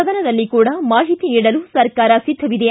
ಸದನದಲ್ಲಿ ಕೂಡ ಮಾಹಿತಿ ನೀಡಲು ಸರಕಾರ ಸಿದ್ದವಿದೆ